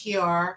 PR